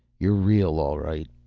you're real all right.